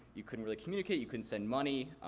you couldn't really communicate, you couldn't send money.